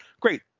Great